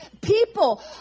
people